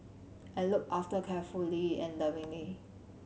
and looked after carefully and lovingly